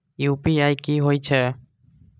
UPI की होई छै?